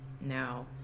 now